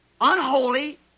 unholy